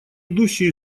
идущие